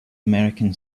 american